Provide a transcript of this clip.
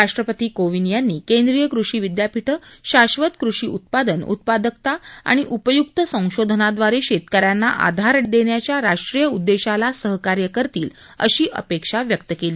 राष्ट्रपती कोविंद यांनी केंद्रीय कृषी विद्यापीठं शाधत कृषी उत्पादन उत्पादकता आणि उपयुक्त संशोधनाद्वारे शेतक यांना आधार देण्याच्या राष्ट्रीय उद्देश्याला सहकार्य करतील अशी अपेक्षा व्यक्त केली